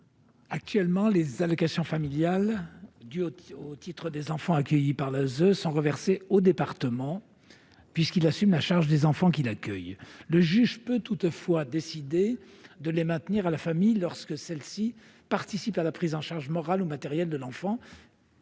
Actuellement, les allocations familiales dues au titre des enfants accueillis par l'ASE sont reversées au département, dans la mesure où celui-ci assume la charge des enfants qu'il accueille. Le juge peut toutefois décider de les maintenir à la famille, lorsque celle-ci participe à la prise en charge morale ou matérielle de l'enfant